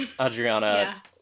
Adriana